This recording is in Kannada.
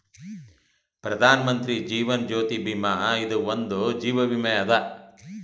ಪ್ರಧಾನ್ ಮಂತ್ರಿ ಜೀವನ್ ಜ್ಯೋತಿ ಭೀಮಾ ಇದು ಒಂದ ಜೀವ ವಿಮೆ ಅದ